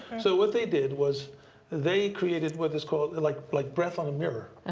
so what they did was they created what is called and like like breath on a mirror.